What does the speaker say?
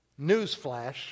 Newsflash